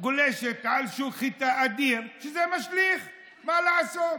חולשת על שוק חיטה אדיר, וזה משליך, מה לעשות,